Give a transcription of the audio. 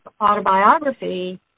autobiography